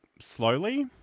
slowly